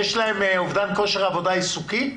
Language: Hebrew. יש להם אובדן כושר עבודה עיסוקי?